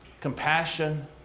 compassion